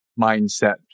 mindset